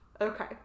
Okay